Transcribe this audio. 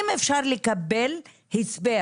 אם אפשר לקבל הסבר,